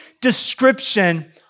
description